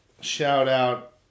shout-out